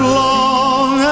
long